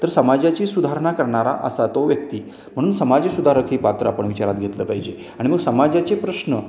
तर समाजाची सुधारणा करणारा असा तो व्यक्ती म्हणून समाज सुधारक ही पात्र आपण विचारात घेतलं पाहिजे आणि मग समाजाचे प्रश्न